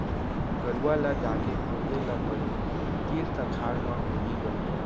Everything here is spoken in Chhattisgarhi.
गरूवा ल जाके खोजे ल परही, तीर तखार म होही ग